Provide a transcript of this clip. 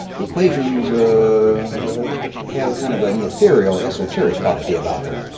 equations have kind of a neo-theorial, esoteric quality about them.